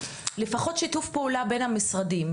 לפחות שיתוף פעולה בין המשרדים,